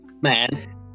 man